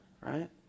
right